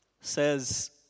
says